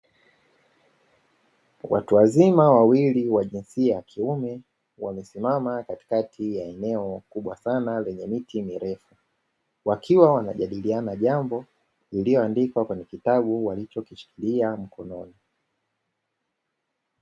Watu wazima wawili wa jinsia ya kiume wamesimama katikati ya eneo kubwa sana lenye miti mirefu, wakiwa wanajadiliana jambo iliyoandikwa kwenye kitabu walicho kishikilia mkononi.